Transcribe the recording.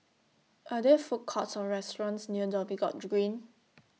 Are There Food Courts Or restaurants near Dhoby Ghaut Green